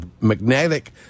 magnetic